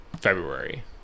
February